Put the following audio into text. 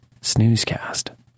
snoozecast